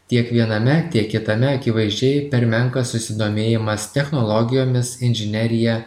tiek viename tiek kitame akivaizdžiai per menkas susidomėjimas technologijomis inžinerija